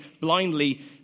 blindly